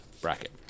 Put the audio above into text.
bracket